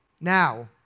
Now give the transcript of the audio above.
now